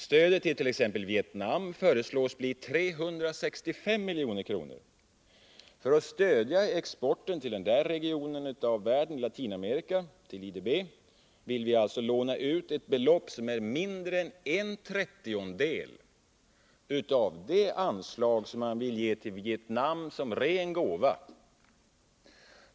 Stödet t.ex. till Vietnam föreslås bli 365 milj.kr. För att stödja exporten till den region av världen som Latinamerika utgör vill vi alltså till IDB låna ut ett belopp som är mindre än en trettiondedel av det anslag som man vill ge till Vietnam som ren gåva.